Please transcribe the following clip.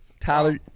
Tyler